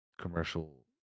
commercial